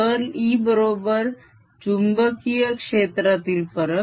curl E बरोबर - चुंबकीय क्षेत्रातील फरक